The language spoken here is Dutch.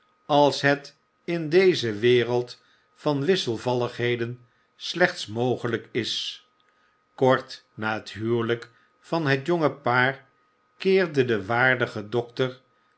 als het in deze wereld van wisselvalligheden slechts mogelijk is kort na het huwelijk van het jonge paar keerde de waardige dokter